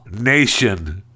nation